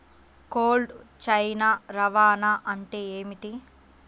Cold chain రవాణా అంటే ఏమిటీ?